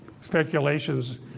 Speculations